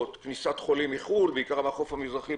כי כאשר אתה מכניס גרסה בעייתית אתה